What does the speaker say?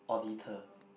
auditor